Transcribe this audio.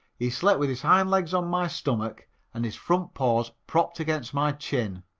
he slept with his hind legs on my stomach and his front paws propped against my chin.